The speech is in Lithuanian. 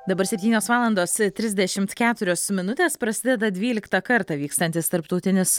dabar septynios valandos trisdešimt keturios minutės prasideda dvyliktą kartą vykstantis tarptautinis